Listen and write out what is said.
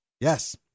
Yes